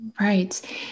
Right